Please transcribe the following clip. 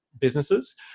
businesses